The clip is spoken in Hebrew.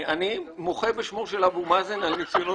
אני מוחה בשמו של אבו מאזן על ניסיונו